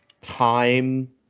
time